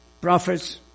prophets